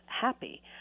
happy